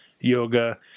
yoga